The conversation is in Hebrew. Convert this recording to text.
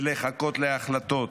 ולחכות להחלטות,